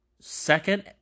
second